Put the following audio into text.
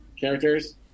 characters